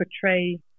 portray